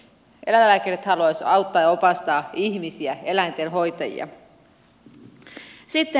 eläinlääkärit haluaisivat auttaa ja opastaa ihmisiä eläinten hoitajia